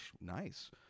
nice